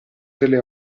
delle